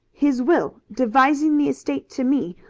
his will, devising the estate to me,